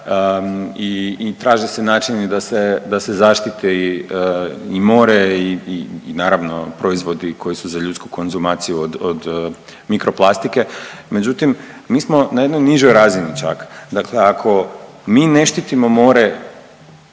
i traže se načini da se zaštiti i more i naravno proizvodi koji su za ljudsku konzumaciju od mikroplastike, međutim, mi smo na jednoj nižoj razini čak. Dakle, ako ne mi ne štitimo more,